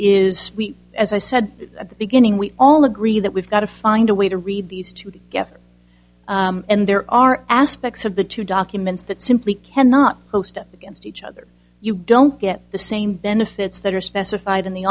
is we as i said at the beginning we all agree that we've got to find a way to read these two together and there are aspects of the two documents that simply cannot post against each other you don't get the same benefits that are specified in the